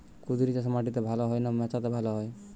কুঁদরি চাষ মাটিতে ভালো হয় না মাচাতে ভালো হয়?